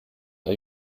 are